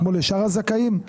כמו לשאר הזכאים?